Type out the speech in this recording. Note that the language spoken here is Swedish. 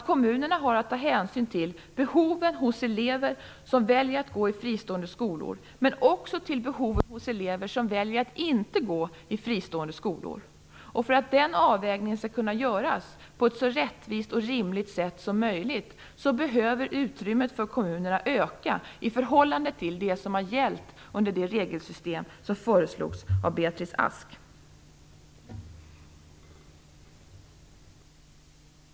Kommunerna har att ta hänsyn till behoven hos elever som väljer att gå i fristående skolor och också till behoven hos elever som väljer att inte gå i fristående skolor. För att den avvägningen skall kunna göras på ett så rättvist och rimligt sätt som möjligt behöver utrymmet för kommunerna öka i förhållande till det som har gällt under det regelsystem som föreslogs av Beatrice Ask.